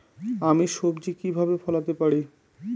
আমি সবজি কিভাবে ফলাতে পারি?